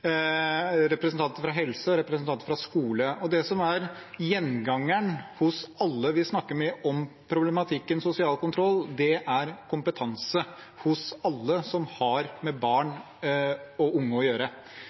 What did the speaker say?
og representanter fra helse og skole. Det som er gjengangeren hos alle dem vi snakker med om problematikken sosial kontroll, er kompetanse hos alle som har med barn og unge å gjøre.